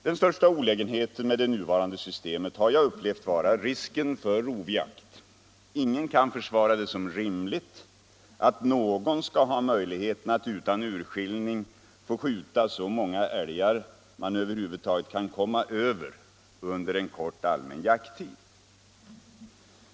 Den största olägenheten med det nuvarande systemet har jag upplevt vara risken för rovjakt. Ingen kan försvara det som rimligt att någon skall ha möjligheter att utan urskiljning få skjuta så många älgar man över huvud taget kan komma över under en kort allmän jakttid.